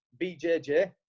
BJJ